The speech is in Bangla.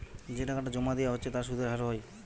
যে টাকাটা জোমা দিয়া হচ্ছে তার সুধের হার হয়